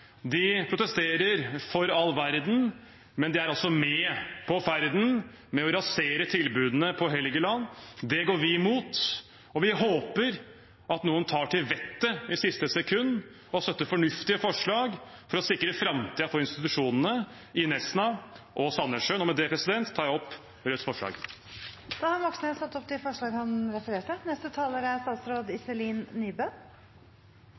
De protesterer for all verden, men de er altså med på ferden med å rasere tilbudene på Helgeland. Det går vi imot, og vi håper at noen tar til vettet i siste sekund og støtter fornuftige forslag for å sikre framtiden for institusjonene i Nesna og Sandnessjøen. Med det tar jeg opp Rødts forslag. Representanten Bjørnar Moxnes har tatt opp de forslagene han refererte